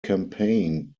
campaigned